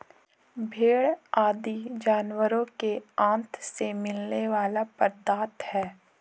भेंड़ आदि जानवरों के आँत से मिलने वाला पदार्थ है